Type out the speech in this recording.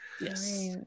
Yes